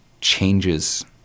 changes